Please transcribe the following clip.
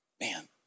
Man